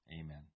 Amen